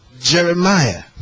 Jeremiah